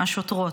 השוטרות,